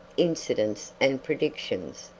incidents and predictions.